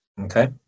Okay